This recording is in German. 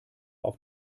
auf